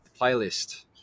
playlist